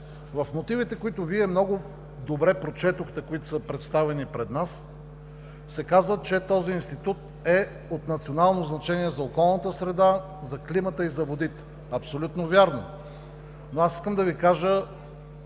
В мотивите, които Вие много добре прочетохте и които са представени пред нас, се казва, че този институт е от национално значение за околната среда, за климата и за водите. Абсолютно вярно